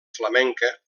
flamenca